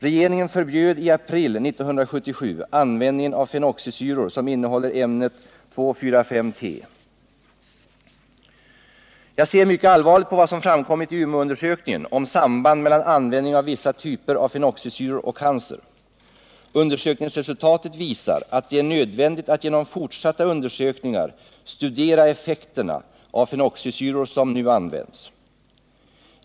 Regeringen förbjöd i april 1977 användningen av fenoxisyror som innehåller ämnet 2,4,5-T. Jag ser mycket allvarligt på vad som framkommit i Umeåundersökningen om sambandet mellan användning av vissa typer av fenoxisyror och cancer. Undersökningsresultatet visar att det är nödvändigt att genom fortsatta undersökningar studera effekterna av de fenoxisyror som nu används.